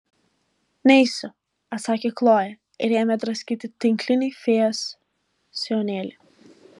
neisiu atsakė kloja ir ėmė draskyti tinklinį fėjos sijonėlį